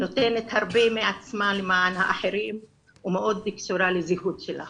נותנת הרבה מעצמה למען האחרים ומאוד קשורה לזהות שלה.